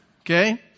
Okay